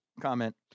comment